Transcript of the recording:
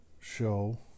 Show